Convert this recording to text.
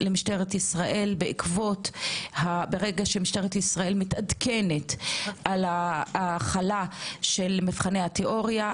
ברגע שמשטרת ישראל מתעדכנת על ההחלה של מבחני התיאוריה,